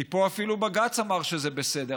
כי פה אפילו בג"ץ אמר שזה בסדר.